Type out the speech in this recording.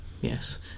yes